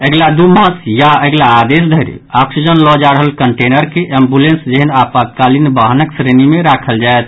अगिला दू मास या अगिला आदेश धरि ऑक्सीजन लऽ जा रहल कंटेनर के एम्वुलेंस जेहेन आपातकालिन बाहनक श्रेणी मे राखल जायत